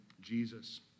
Jesus